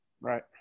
Right